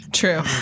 True